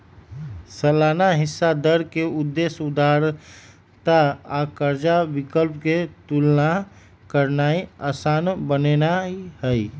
सालाना हिस्सा दर के उद्देश्य उधारदाता आ कर्जा विकल्प के तुलना करनाइ असान बनेनाइ हइ